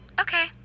okay